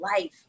life